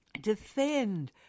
Defend